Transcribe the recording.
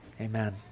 Amen